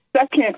second